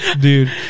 dude